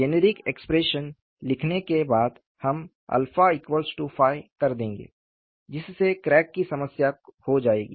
generic expression लिखने के बाद हम 𝜶𝝅 कर देंगे जिससे क्रैक की समस्या हो जाएगी